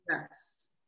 yes